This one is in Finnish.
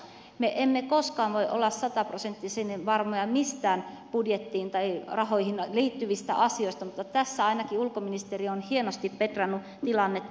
me emme koskaan voi olla sataprosenttisen varmoja mistään budjettiin tai rahoihin liittyvistä asioista mutta tässä ainakin ulkoministeriö on hienosti petrannut tilannetta